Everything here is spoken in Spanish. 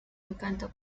encanto